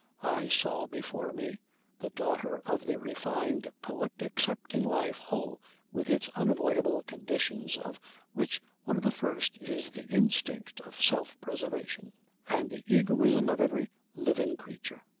i saw before me the daughter of the refined poet accepting life whole with its unavoidable conditions of which one of the first is the instinct of self preservation and the egoism of every living creature.